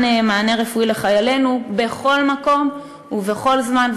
מענה רפואי לחיילינו בכל מקום ובכל זמן,